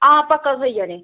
हां पक्का थ्होई जाने